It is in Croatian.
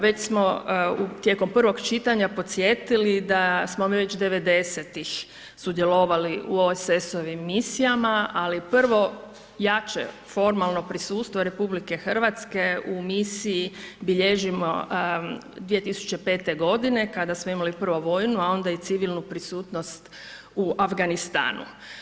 Već smo tijekom prvog čitanja podsjetili da smo mi već '90.-tih sudjelovali u OESS, ali prvo jače formalno prisustvo RH u misiji bilježimo 2005. godine, kada smo imali prvo vojnu, a onda i civilnu prisutnost u Afganistanu.